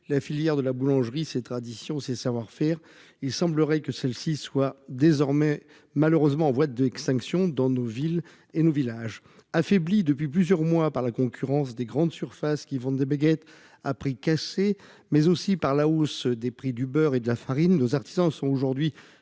la filière de la boulangerie, ses traditions, ses savoir-faire. Il semblerait que celle-ci soit désormais malheureusement en voie d'extinction dans nos villes et nos villages affaibli depuis plusieurs mois par la concurrence des grandes surfaces qui vendent des baguettes à prix cassés mais aussi par la hausse des prix du beurre et de la farine nos artisans sont aujourd'hui